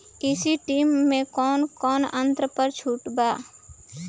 ई.सी टू मै कौने कौने यंत्र पर छुट बा?